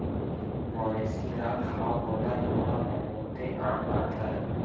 मवेशी ल घांव गोदर होना बहुते आम बात हरय